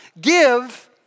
give